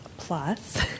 plus